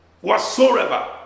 whatsoever